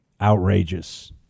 Outrageous